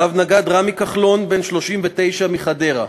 רב-נגד רמי כחלון, בן 39, מחדרה,